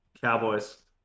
Cowboys